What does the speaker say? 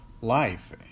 life